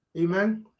Amen